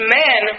men